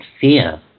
fear